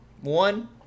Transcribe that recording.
One